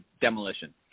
demolition